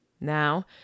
now